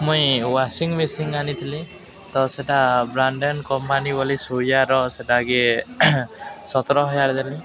ମୁଇଁ washing machine ଆଣିଥିଲି ତ ସେଟା ବ୍ରାଣ୍ଡେନ କମ୍ପାନୀ ବୋଲି ସୂରିଆର ସେଟାକେ ସତର ହଜାର ଦେଲି